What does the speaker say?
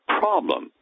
problem